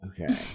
Okay